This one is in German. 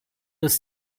ist